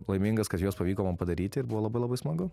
laimingas kad jos pavyko mum padaryti ir buvo labai labai smagu